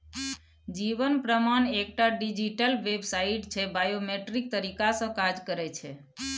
जीबन प्रमाण एकटा डिजीटल बेबसाइट छै बायोमेट्रिक तरीका सँ काज करय छै